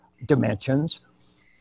dimensions